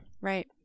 Right